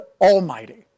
Almighty